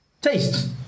taste